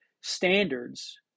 standards